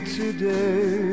today